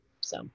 so-